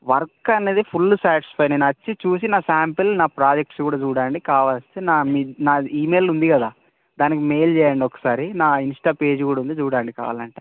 work అనేది full satisfy నేను వచ్చి చూసి నా శాంపిల్ నా ప్రాజెక్ట్స్ కూడా చూడండి కావలిస్తే నా నాది ఈమెయిల్ ఉంది కదా దానికి మెయిల్ చేయండి ఒకసారి నా ఇన్స్టా పేజీ కూడా ఉంది చూడండి కావాలంటే